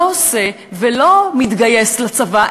מי שלא עושה ולא מתגייס לצבא,